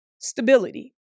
Stability